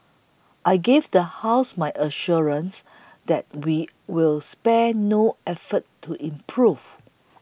I give the House my assurance that we will spare no effort to improve